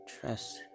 Trust